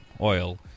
oil